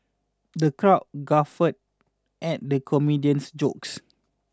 the crowd guffawed at the comedian's jokes